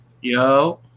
Yo